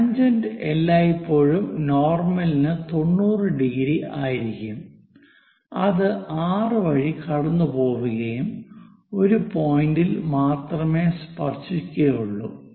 tangent എല്ലായ്പ്പോഴും നോർമലിനു 90⁰ ആയിരിക്കും അത് R വഴി കടന്നു പോവുകയും ഒരു പോയിന്ററിൽ മാത്രമേ സ്പർശിക്കുകയുള്ളൂ